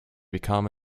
become